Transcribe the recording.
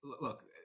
Look